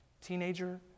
teenager